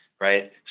right